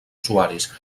usuaris